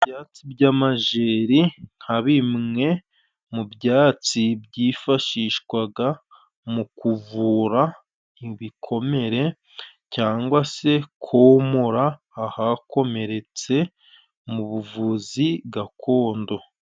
Ibyatsi by'amajeeri nka bimwe, mu byatsi byifashishwaga mu kuvura, ibikomere cyangwa se kowomora, ahakomeretse mu buvuzi gakondo.